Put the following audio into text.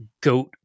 goat